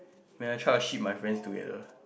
when I try to ship my friends together